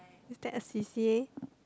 is that a C_C_A